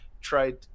tried